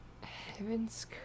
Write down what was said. Heaven's